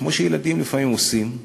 כמו שילדים לפעמים עושים.